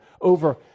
over